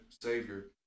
Savior